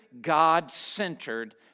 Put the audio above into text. God-centered